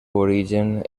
origen